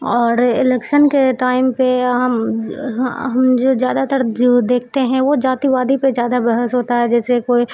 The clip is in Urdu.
اور الیکسن کے ٹائم پہ ہم ہم جو زیادہ تر جو دیکھتے ہیں وہ جاتی وادی پہ زیادہ بحث ہوتا ہے جیسے کوئی